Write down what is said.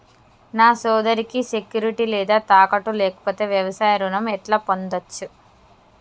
నా సోదరికి సెక్యూరిటీ లేదా తాకట్టు లేకపోతే వ్యవసాయ రుణం ఎట్లా పొందచ్చు?